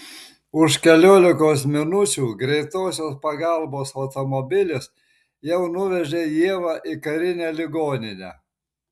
už keliolikos minučių greitosios pagalbos automobilis jau nuvežė ievą į karinę ligoninę